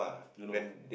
don't know